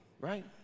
right